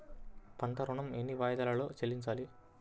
పంట ఋణం ఎన్ని వాయిదాలలో చెల్లించాలి?